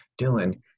Dylan